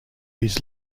his